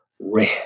red